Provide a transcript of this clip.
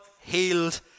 healed